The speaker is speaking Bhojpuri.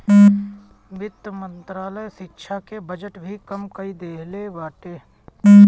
वित्त मंत्रालय शिक्षा के बजट भी कम कई देहले बाटे